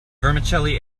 vermicelli